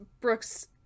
Brooks